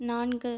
நான்கு